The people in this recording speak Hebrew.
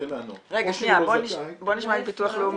-- רגע, בואו נשמע את ביטוח לאומי.